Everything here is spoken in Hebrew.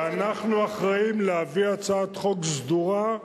ואנחנו אחראים להביא הצעת חוק סדורה,